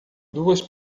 duas